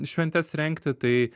šventes rengti tai